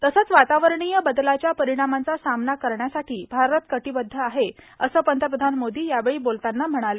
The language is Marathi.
तसंच वातावरणीय बदलाच्या परिणामांचा सामना करण्यासाठी भारत कटिबद्ध आहे असं पंतप्रधान मोदी यावेळी बोलताना म्हणाले